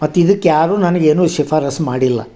ಮತ್ತು ಇದಕ್ಕೆ ಯಾರೂ ನನಗೆ ಏನೂ ಶಿಫಾರಸ್ಸು ಮಾಡಿಲ್ಲ